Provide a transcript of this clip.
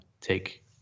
take